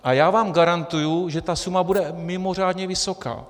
A já vám garantuji, že ta suma bude mimořádně vysoká.